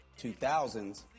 2000s